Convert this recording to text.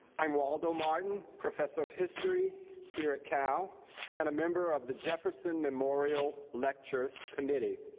i'm waldo martin, professor of history here at cal and a member of the jefferson memorial lectures committee.